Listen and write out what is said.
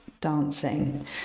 dancing